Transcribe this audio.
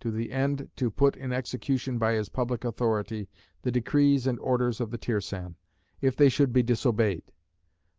to the end to put in execution by his public authority the decrees and orders of the tirsan, if they should be disobeyed